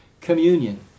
Communion